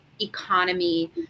economy